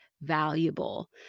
valuable